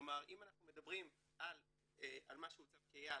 כלומר אם אנחנו מדברים על מה שהוצב כיעד